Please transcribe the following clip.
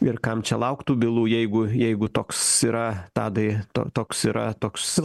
ir kam čia lauktų bylų jeigu jeigu toks yra tadai to toks yra toks